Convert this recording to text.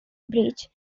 bridge